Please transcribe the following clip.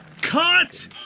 Cut